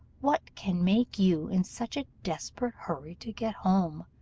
what can make you in such a desperate hurry to get home?